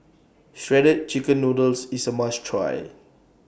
Shredded Chicken Noodles IS A must Try